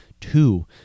Two